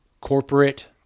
corporate